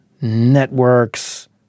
networks